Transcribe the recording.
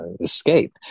escape